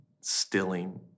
stilling